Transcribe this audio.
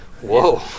Whoa